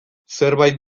zerbait